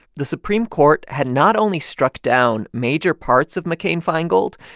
the supreme court had not only struck down major parts of mccain-feingold,